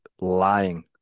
lying